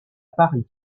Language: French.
paris